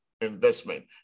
investment